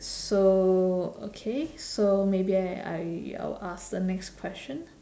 so okay so maybe I I I'll ask the next question